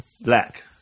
Black